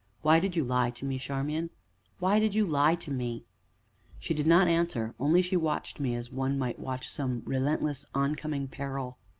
why did you lie to me, charmian why did you lie to me she did not answer, only she watched me as one might watch some relentless, oncoming peril.